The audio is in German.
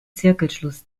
zirkelschluss